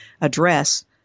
address